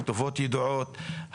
הכתובות ידועים,